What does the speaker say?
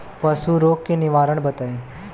पशु रोग के निवारण बताई?